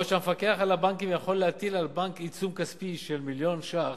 בעוד שהמפקח על הבנקים יכול להטיל על בנק עיצום כספי של מיליון ש"ח,